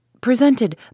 presented